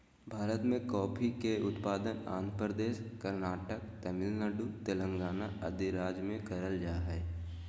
भारत मे कॉफी के उत्पादन आंध्र प्रदेश, कर्नाटक, तमिलनाडु, तेलंगाना आदि राज्य मे करल जा हय